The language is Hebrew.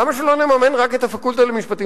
למה שלא נממן רק את הפקולטה למשפטים?